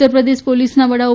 ઉત્તરપ્રદેશ પોલીસના વડા ઓ